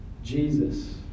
Jesus